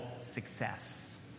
success